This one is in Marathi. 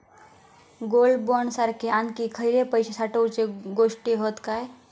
गोल्ड बॉण्ड सारखे आणखी खयले पैशे साठवूचे गोष्टी हत काय?